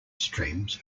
streams